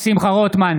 שמחה רוטמן,